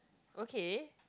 okay